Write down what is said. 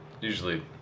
Usually